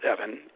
seven